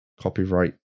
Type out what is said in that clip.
copyright